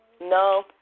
No